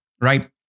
right